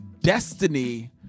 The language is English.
Destiny